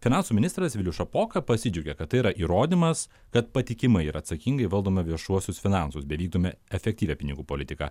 finansų ministras vilius šapoka pasidžiaugė kad tai yra įrodymas kad patikimai ir atsakingai valdoma viešuosius finansus bei vykdomi efektyvią pinigų politiką